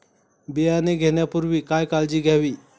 बियाणे घेण्यापूर्वी काय काळजी घ्यावी?